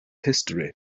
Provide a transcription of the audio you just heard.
history